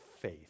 faith